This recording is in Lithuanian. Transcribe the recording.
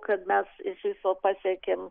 kad mes iš viso pasiekėm